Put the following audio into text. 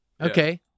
Okay